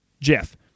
Jeff